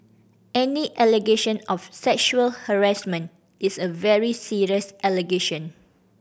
any allegation of sexual harassment is a very serious allegation